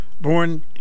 born